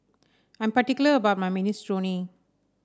I'm particular about my Minestrone